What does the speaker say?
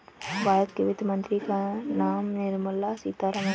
भारत के वित्त मंत्री का नाम निर्मला सीतारमन है